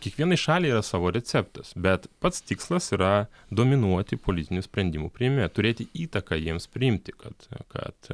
kiekvienai šaliai yra savo receptas bet pats tikslas yra dominuoti politinių sprendimų priėmime turėti įtaką jiems priimti kad kad